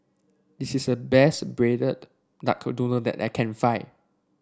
this is the best Braised Duck Noodle that I can find